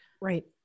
Right